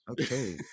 okay